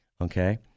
okay